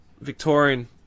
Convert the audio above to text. Victorian